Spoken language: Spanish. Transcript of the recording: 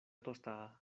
tostada